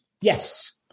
Yes